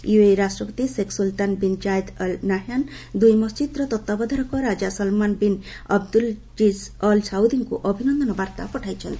UAE ରାଷ୍ଟ୍ରପତି Sheikh Sultan bin Zayed Al Nahyan ଦୁଇ ମସ୍କିଦ୍ର ତତ୍ତ୍ୱାବଧାନ ରାଜା ସଲମାନ୍ ବିନ୍ ଅବଦୁଲ୍ଜିଜ୍ ଅଲ୍ ସାଉଦିଙ୍କୁ ଅଭିନନ୍ଦନ ବାର୍ତ୍ତା ପଠାଇଛନ୍ତି